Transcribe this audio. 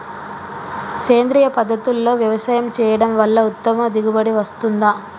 సేంద్రీయ పద్ధతుల్లో వ్యవసాయం చేయడం వల్ల ఉత్తమ దిగుబడి వస్తుందా?